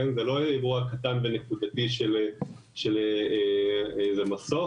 זה לא אירוע קטן ונקודתי של איזה מסוף.